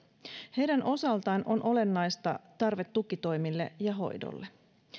heidän osaltaan on olennaista tarve tukitoimille ja hoidolle